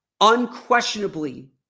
unquestionably